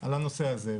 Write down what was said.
על הנושא הזה.